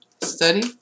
study